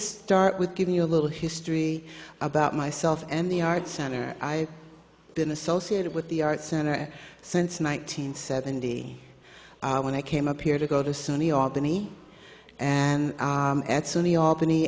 start with giving you a little history about myself and the art center i've been associated with the art center since one nine hundred seventy when i came up here to go to suny albany and at suny albany